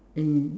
in